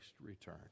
return